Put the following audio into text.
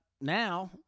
now